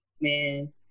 Man